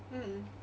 mm